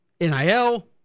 NIL